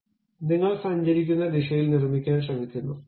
അതിനാൽ നിങ്ങൾ സഞ്ചരിക്കുന്ന ദിശയിൽ നിർമ്മിക്കാൻ ശ്രമിക്കുന്നു